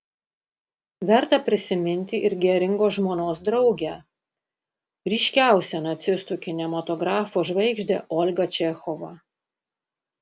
verta prisiminti ir geringo žmonos draugę ryškiausią nacistų kinematografo žvaigždę olgą čechovą